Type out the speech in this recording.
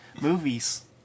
movies